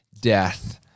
death